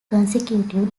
consecutive